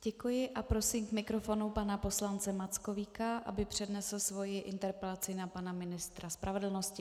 Děkuji a prosím k mikrofonu pana poslance Mackovíka, aby přednesl svoji interpelaci na pana ministra spravedlnosti.